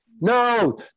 No